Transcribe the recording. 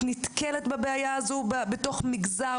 את נתקלת בבעיה הזאת בתוך מגזר,